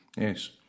Yes